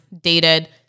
dated